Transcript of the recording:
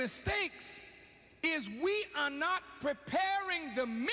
mistakes is we are not preparing the meal